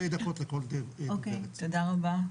תודה רבה.